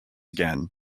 again